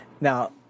Now